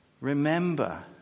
remember